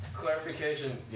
Clarification